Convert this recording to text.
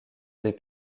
des